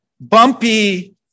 bumpy